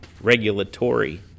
regulatory